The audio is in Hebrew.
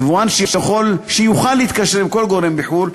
יבואן שיוכל להתקשר עם כל גורם בחו"ל,